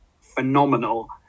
phenomenal